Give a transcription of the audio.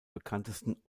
bekanntesten